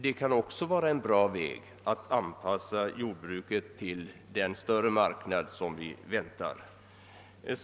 Detta kan nämligen också vara en bra väg att anpassa jordbruket till den större marknad som vi väntar skall komma.